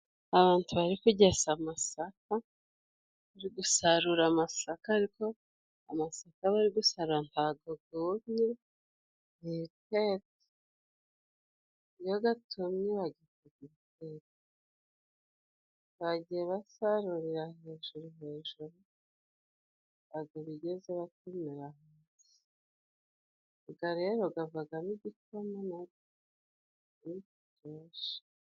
Abantu bari kugesa amasaka, bari gusarura amasaka, ariko amasaka bari gusarura ntabwo gumye, ni ibitete, iyo gatumye gabaga ibitete. Bagiye basarurira hejuru hejuru, ntabwo bigeze batemera hasi, ubwo rero gavagamo igikoma Kandi kiryoshe.